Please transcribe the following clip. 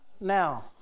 now